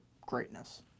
greatness